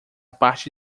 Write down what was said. parte